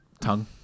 tongue